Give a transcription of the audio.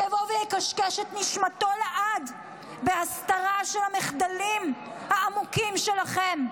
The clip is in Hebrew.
שיבוא ויקשקש את נשמתו לעד בהסתרה של המחדלים העמוקים שלכם.